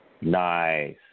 Nice